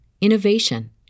innovation